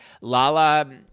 Lala